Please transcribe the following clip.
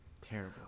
terrible